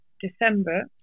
December